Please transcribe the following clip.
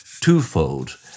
twofold